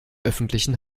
öffentlichen